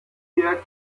eher